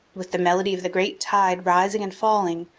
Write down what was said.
with the melody of the great tide rising and falling,